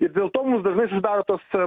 ir dėl to mums dažnai susidaro tas